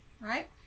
right